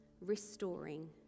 restoring